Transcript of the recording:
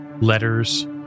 letters